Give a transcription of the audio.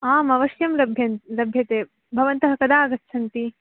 आम् अवश्यं लभ्यते लभ्यते भवन्तः कदा आगच्छन्ति